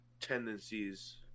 tendencies